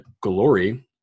glory